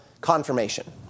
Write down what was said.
confirmation